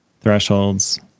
Thresholds